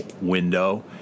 window